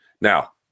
Now